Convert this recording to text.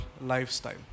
lifestyle